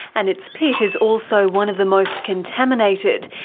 and its pit is also one of the most contaminated.